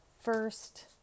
first